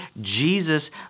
Jesus